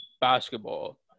basketball